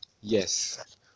Yes